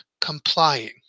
complying